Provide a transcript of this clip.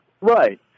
right